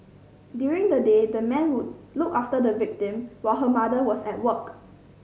during the day the man would look after the victim while her mother was at work